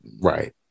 Right